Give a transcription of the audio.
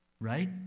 right